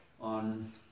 on